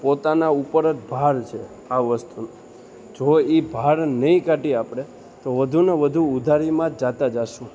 પોતાના ઉપર જ ભાર છે આ વસ્તુ જો એ ભાર નહીં કાઢીએ આપણે તો વધુને વધુ ઉધારીમાં જતા જઈશું